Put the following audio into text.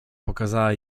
pokazała